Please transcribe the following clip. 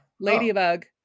Ladybug